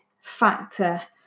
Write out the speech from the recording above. factor